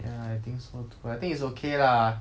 ya I think so too I think it's okay lah